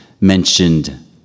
mentioned